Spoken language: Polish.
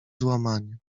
złamanie